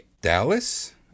Dallas